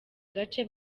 gace